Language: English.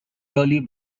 curly